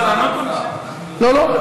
לא,